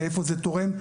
ואיפה זה תורם.